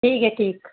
ٹھیک ہے ٹھیک